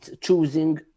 choosing